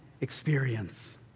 experience